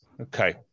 Okay